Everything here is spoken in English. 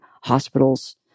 hospitals